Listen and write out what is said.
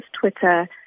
Twitter